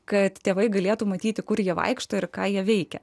kad tėvai galėtų matyti kur jie vaikšto ir ką jie veikia